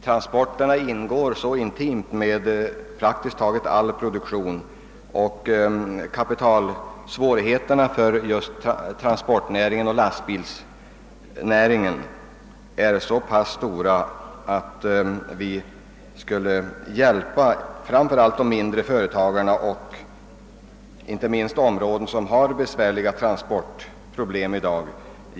Transporter hör intimt samman med praktiskt taget all produktion, vartill kommer att kapitalsvårigheterna för transportnäringen och lastbilsnäringen är så stora att vi genom ett stöd åt denna del av verksamheten skulle hjälpa framför allt de mindre företagarna och inte minst de områden som i dag har besvärliga transportproblem.